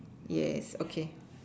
yes okay